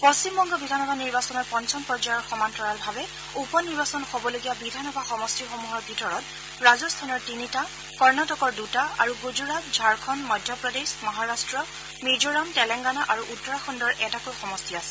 পশ্চিম বংগ বিধানসভা নিৰ্বাচনৰ পঞ্চম পৰ্যায়ৰ সমান্তৰালভাবে উপ নিৰ্বাচন হ'বলগীয়া বিধানসভা সমষ্টিসমূহৰ ভিতৰত ৰাজস্থানৰ তিনিটা কৰ্ণাটকৰ দুটা আৰু গুজৰাট ঝাৰখণ্ড মধ্যপ্ৰদেশ মহাৰাট্ট মিজোৰাম তেলেংগানা আৰু উত্তৰাখণুৰ এটাকৈ সমষ্টি আছে